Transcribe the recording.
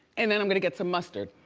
and then, i'm gonna get some mustard.